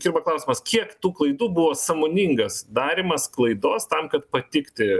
kyla klausimas kiek tų klaidų buvo sąmoningas darymas klaidos tam kad patikti